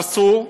הרסו?